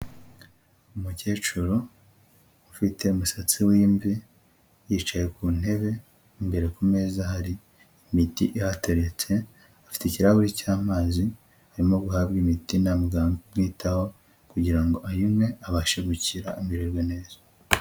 Umukecuru ufite umusatsi w'imvi, yicaye ku ntebe, imbere ku meza hari imiti ihateretse, afite ikirahuri cy'amazi, arimo guhabwa imiti na muganga umwitaho kugira ngo ayinywe abashe gukira, amererwe neza.